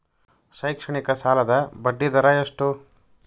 ಶೈಕ್ಷಣಿಕ ಸಾಲದ ಬಡ್ಡಿ ದರ ಎಷ್ಟು?